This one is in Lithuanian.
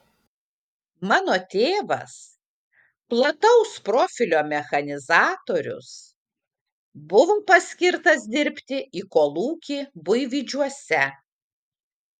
mano tėvas plataus profilio mechanizatorius buvo paskirtas dirbti į kolūkį buivydžiuose